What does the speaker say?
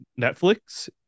Netflix